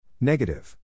Negative